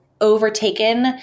overtaken